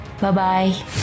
Bye-bye